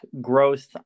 growth